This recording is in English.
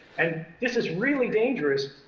and this is really dangerous,